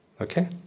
okay